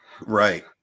Right